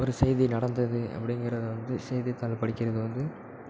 ஒரு செய்தி நடந்தது அப்பிடிங்குறதை வந்து செய்தித்தாள் படிக்கிறது வந்து